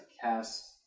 cast